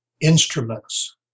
instruments